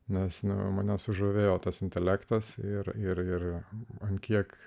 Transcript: nes neva mane sužavėjo tas intelektas ir ir man tiek